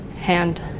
hand